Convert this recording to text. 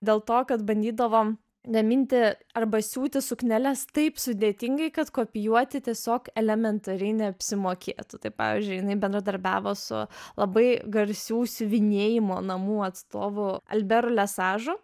dėl to kad bandydavo gaminti arba siūti sukneles taip sudėtingai kad kopijuoti tiesiog elementariai neapsimokėtų tai pavyzdžiui jinai bendradarbiavo su labai garsių siuvinėjimo namų atstovu alberu lesažu